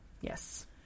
yes